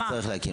מי צריך להקים?